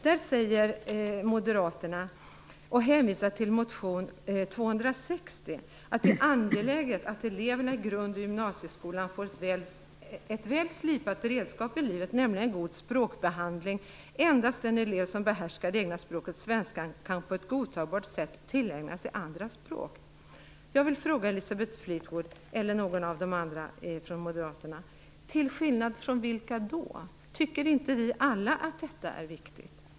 Där hänvisar Moderaterna till motion 260 och säger att det är angeläget att eleverna i grund och gymnasiskolan får ett väl slipat redskap för livet, nämligen en god språkbehandling. Endast den elev som behärskar det egna språket, svenskan, kan på ett godtagbart sätt tillägna sig andra språk. Jag vill fråga Elisabeth Fleetwood eller någon av de andra från Moderaterna följande: Till skillnad från vilka tycker ni så? Tycker vi inte alla att detta är viktigt?